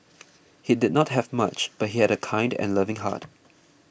he did not have much but he had a kind and loving heart